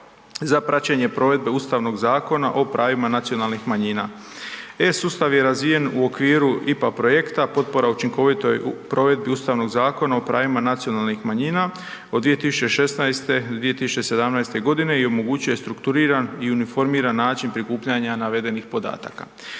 za praćenje provedbe Ustavnog zakona o pravima nacionalnih manjina. E-sustav je razvijen u okviru IPA projekta, potpora učinkovitoj provedbi Ustavnog zakona o pravima nacionalnih manjina od 2016. do 2017. g. i omogućuje strukturiran i uniformiran način prikupljanja navedenih podataka.